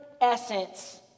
essence